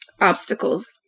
obstacles